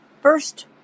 First